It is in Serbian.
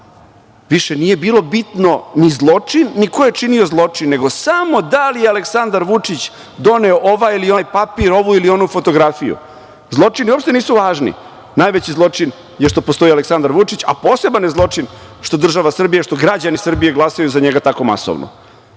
više nije bilo bitno ni zločin, ni ko je činio zločin, nego samo da li je Aleksandar Vučić doneo ovaj ili onaj papir, ovu ili onu fotografiju. Zločini uopšte nisu važni. Najveći zločin je što postoji Aleksandar Vučić, a poseban je zločin što država Srbija, što građani Srbije glasaju za njega tako masovno.